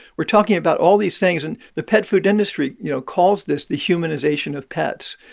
we're talking about all these things. and the pet food industry, you know, calls this the humanization of pets.